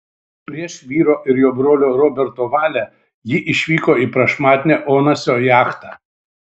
prieš vyro ir jo brolio roberto valią ji išvyko į prašmatnią onasio jachtą